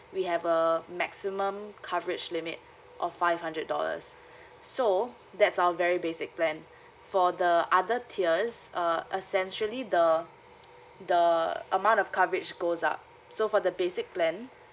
we have a maximum coverage limit of five hundred dollars so that's our very basic plan for the other tiers uh essentially the the amount of coverage goes up so for the basic plan